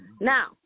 Now